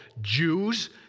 Jews